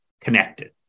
connected